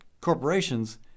corporations